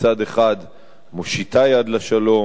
שמצד אחד מושיטה יד לשלום,